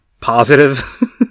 positive